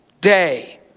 day